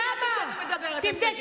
ואני מתנגדת לקונספציה,